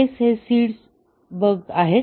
s हे seeded bugs आहेत